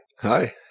Hi